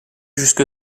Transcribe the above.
jusque